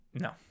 No